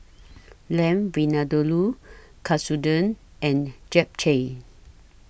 Lamb Vindaloo Katsudon and Japchae